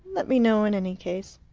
let me know in any case.